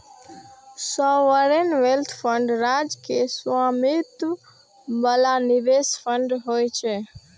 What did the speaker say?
sovereign wealth fund राज्य के स्वामित्व बला निवेश फंड होइ छै